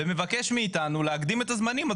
ומבקש מאתנו להקדים את הזמנים.